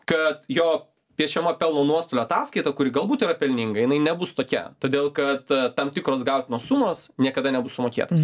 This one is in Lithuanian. kad jo piešiama pelno nuostolio ataskaita kuri galbūt yra pelninga jinai nebus tokia todėl kad tam tikros gautinos sumos niekada nebus sumokėtos